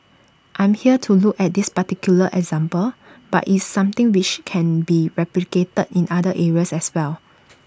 I'm here to look at this particular example but it's something which can be replicated in other areas as well